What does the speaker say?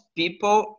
people